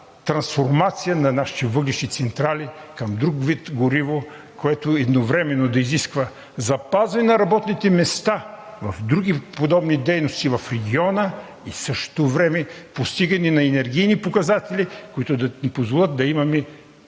трансформация на нашите въглищни централи към друг вид гориво, което едновременно да изисква запазване на работните места в други подобни дейности в региона и в същото време постигане на енергийни показатели, които да ни позволят да имаме